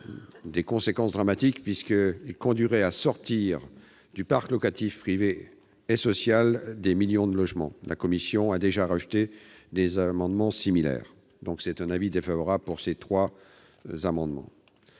des conséquences dramatiques, puisqu'elle ferait sortir du parc locatif privé et social des millions de logements. La commission a déjà rejeté des amendements similaires et elle émet, en conséquence, un avis défavorable sur ces trois amendements